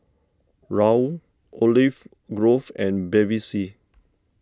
Raoul Olive Grove and Bevy C